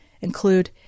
include